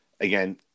Again